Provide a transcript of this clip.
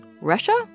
Russia